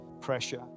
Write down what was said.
pressure